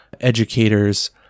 educators